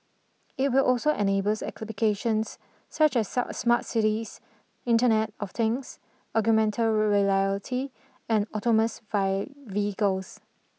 it will also enables applications such as smart cities Internet of Things augmented reality and vehicles